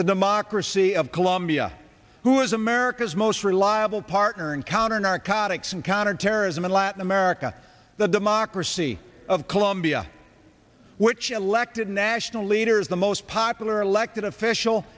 democracy of colombia who is america's most reliable partner in counternarcotics and counterterrorism in latin america the democracy of colombia which elected national leaders the most popular elected official